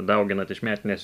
dauginat iš metinės